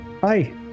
Hi